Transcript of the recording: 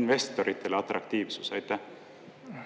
investoritele atraktiivsus? Suur